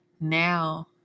now